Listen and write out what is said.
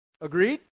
Agreed